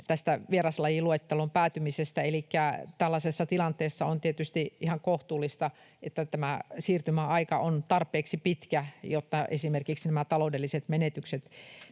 kertoi vieraslajiluetteloon päätymisestä. Elikkä tällaisessa tilanteessa on tietysti ihan kohtuullista, että tämä siirtymäaika on tarpeeksi pitkä, jotta esimerkiksi nämä taloudelliset menetykset